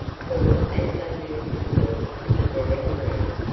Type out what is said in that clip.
for, as they moved towards the drawing-room,